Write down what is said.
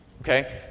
Okay